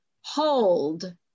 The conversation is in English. hold